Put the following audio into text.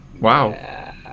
Wow